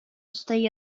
stay